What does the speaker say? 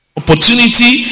opportunity